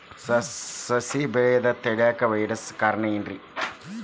ಸಸಿ ಬೆಳೆಯುದ ತಡಿಯಾಕ ವೈರಸ್ ಕಾರಣ ಏನ್ರಿ?